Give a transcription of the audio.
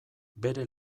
bere